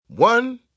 One